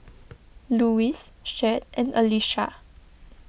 Lois Chet and Alisha